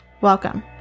Welcome